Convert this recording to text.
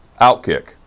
OutKick